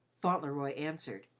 fauntleroy answered.